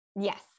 Yes